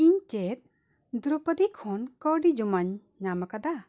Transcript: ᱤᱧ ᱪᱮᱫ ᱫᱨᱳᱯᱚᱫᱤ ᱠᱷᱚᱱ ᱠᱟᱹᱣᱰᱤ ᱡᱚᱢᱟᱧ ᱧᱟᱢ ᱠᱟᱫᱟ